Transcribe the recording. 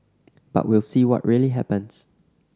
but we'll see what really happens